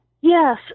yes